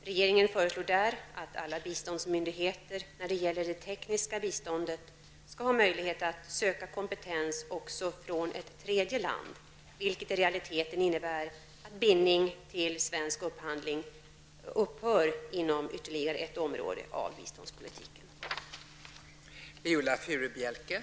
Regeringen föreslår där att alla biståndsmyndigheter när det gäller det tekniska biståndet skall ha möjlighet att söka kompetens också från ett tredje land, vilket i realiteten innebär att bindning till svensk upphandling upphör i ytterligare ett område inom biståndspolitiken.